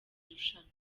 rushanwa